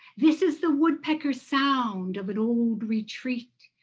this is the woodpecker sound of an old retreat.